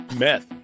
meth